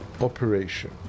operation